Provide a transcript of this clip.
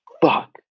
fuck